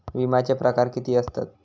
विमाचे प्रकार किती असतत?